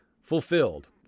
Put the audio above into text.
fulfilled